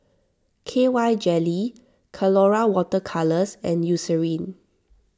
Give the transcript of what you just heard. K Y jelly Colora Water Colours and Eucerin